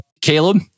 Caleb